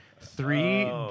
three